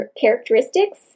characteristics